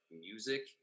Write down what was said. music